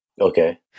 Okay